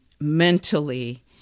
mentally